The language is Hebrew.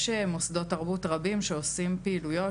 יש מוסדות תרבות רבים שעושים פעילויות